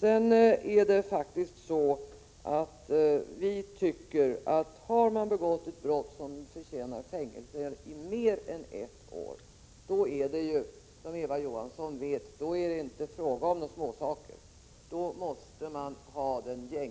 Sedan tycker vi faktiskt, att har någon begått ett brott som förtjänar fängelse i mer än ett år, då är det, som Eva Johansson vet, inte fråga om småsaker. Då måste man ha det